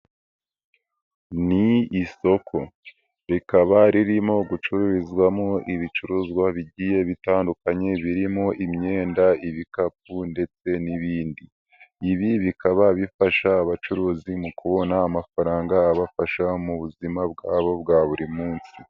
Ni isoko rikaba ririmo gucururizwamo ibicuruzwa bigiye bitandukanye birimo imyenda, ibikapu ndetse n'ibindi, ibi bikaba bifasha abacuruzi mu kubona amafaranga abafasha mu buzima bwabo bwa buri munsi.